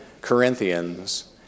Corinthians